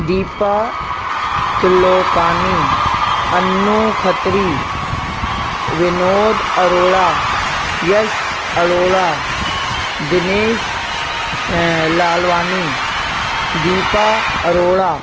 Deepa Tirlokani Anu Khatri Vinod Arora Yash Arora Dinesh Lalwani Deepa Arora